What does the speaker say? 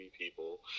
people